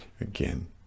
Again